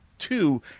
Two